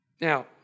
Now